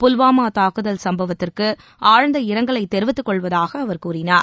புல்வாமா தாக்குதல் சம்பவத்திற்கு ஆழ்ந்த இரங்கலை தெரிவித்துக்கொள்வதாக அவர் கூறினார்